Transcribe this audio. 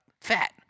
fat